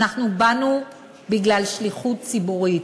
אנחנו באנו בגלל השליחות הציבורית,